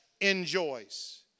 enjoys